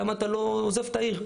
למה אתה לא עוזב את העיר?